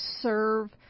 serve